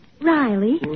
Riley